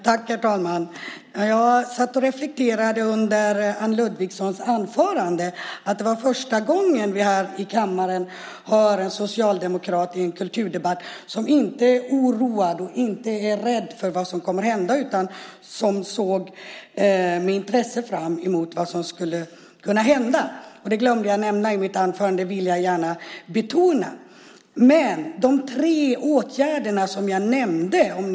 Herr talman! Under Anne Ludvigssons anförande satt jag och reflekterade över att det är första gången vi i en kulturdebatt här i kammaren hör en socialdemokrat som inte är oroad och som inte är rädd för vad som kommer att hända utan som med intresse ser fram emot vad som kan hända. Det glömde jag att nämna i mitt anförande, men det vill jag gärna betona. Tre åtgärder nämnde jag.